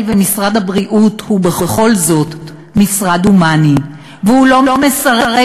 משרד הבריאות הוא בכל זאת משרד הומני ולא מסרב,